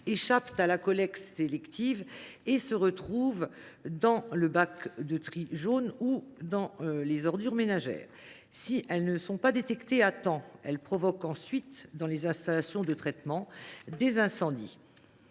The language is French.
échappent à la collecte sélective et se retrouvent dans les bacs de tri jaunes ou avec les ordures ménagères. Si elles ne sont pas détectées à temps, elles provoquent ensuite des incendies dans les installations de traitement. Pour y remédier,